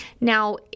Now